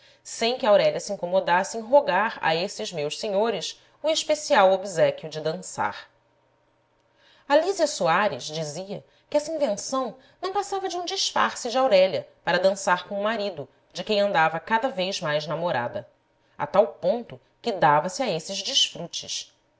sem que aurélia se incomodasse em rogar a esses meus senhores o especial obséquio de dançar a lísia soares dizia que essa invenção não passava de um disfarce de aurélia para dançar com o marido de quem andava cada vez mais namorada a tal ponto que dava-se a esses des frutes